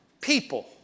people